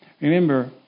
Remember